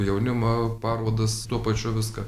jaunimą parodas tuo pačiu viską